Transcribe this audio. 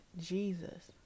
Jesus